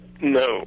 No